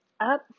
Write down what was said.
up